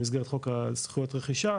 במסגרת חוק זכויות הרכישה,